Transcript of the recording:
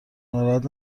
ناراحت